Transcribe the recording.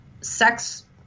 sex